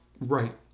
Right